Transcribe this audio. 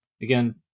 again